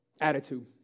attitude